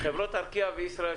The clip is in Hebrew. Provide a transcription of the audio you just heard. חברות ארקיע וישראייר,